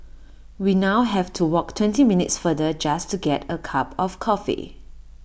we now have to walk twenty minutes farther just to get A cup of coffee